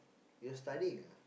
you're studying ah